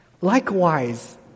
Likewise